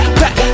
back